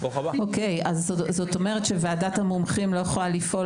זאת אומרת שוועדת המומחים לא יכולה לפעול